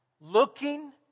Looking